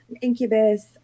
incubus